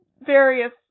various